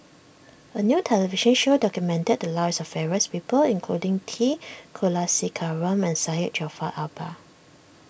a new television show documented the lives of various people including T Kulasekaram and Syed Jaafar Albar